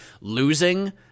losing